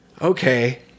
okay